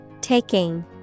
Taking